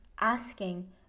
asking